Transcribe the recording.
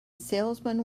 salesman